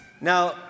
Now